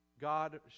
God